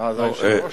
אין שר.